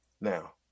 Now